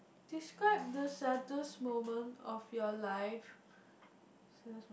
describe the saddest moment of your life